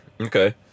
Okay